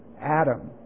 Adam